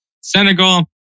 Senegal